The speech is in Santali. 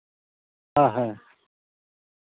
ᱦᱮᱸ